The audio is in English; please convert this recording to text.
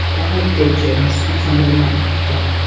they had dead germs and somebody might die.